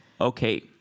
Okay